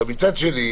מצד שני,